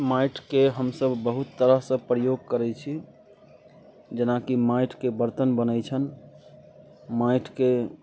माटिके हमसभ बहुत तरहसँ प्रयोग करैत छी जेना कि माटिके बर्तन बनैत छनि माटिके